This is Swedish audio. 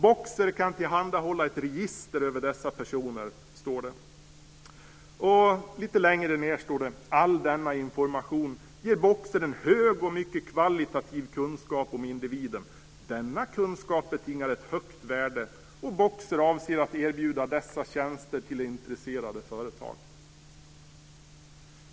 Boxer kan tillhandahålla ett register över dessa personer, står det. Lite längre ned heter det: All denna information ger Boxer en hög och mycket kvalitativ kunskap om individen. Denna kunskap betingar ett högt värde, och Boxer avser att erbjuda dessa tjänster till intresserade företag.